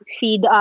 feed